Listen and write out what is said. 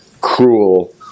cruel